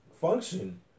function